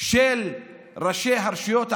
של ראשי הרשויות הערביות,